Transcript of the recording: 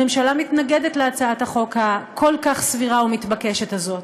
הממשלה מתנגדת להצעת החוק הכל-כך סבירה ומתבקשת הזאת.